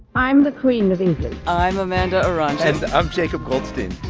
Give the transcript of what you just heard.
i'm the queen of england i'm amanda aronczyk and i'm jacob goldstein.